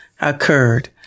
occurred